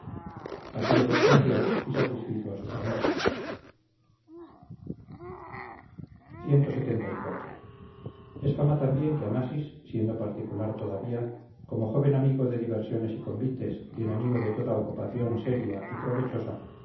así respondió y satisfizo a sus amigos clxxiv es fama también que amasis siendo particular todavía como joven amigo de diversiones y convites y enemigo de toda ocupación seria y provechosa